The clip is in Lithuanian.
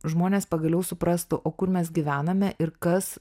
žmonės pagaliau suprastų o kur mes gyvename ir kas